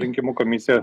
rinkimų komisija